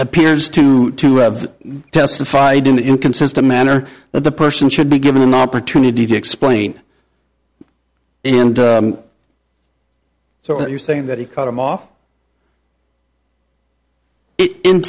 appears to have testified in inconsistent manner that the person should be given an opportunity to explain and so what you're saying that he cut him off in